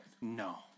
No